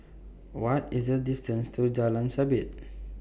What IS The distance to Jalan Sabit